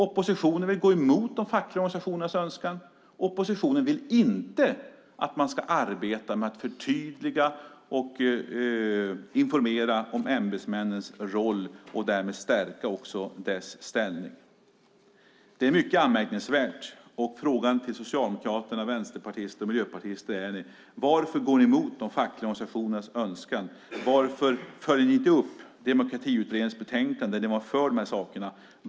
Oppositionen vill gå emot de fackliga organisationernas önskan. Oppositionen vill inte att man ska arbeta med att förtydliga och informera om ämbetsmännens roll och därmed också stärka deras ställning. Det är mycket anmärkningsvärt. Frågan till socialdemokrater, vänsterpartister och miljöpartister är: Varför går ni emot de fackliga organisationernas önskan? Varför följer ni inte upp Demokratiutredningens betänkande där ni var för dessa saker?